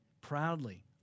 proudly